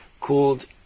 called